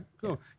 cool